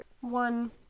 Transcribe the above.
One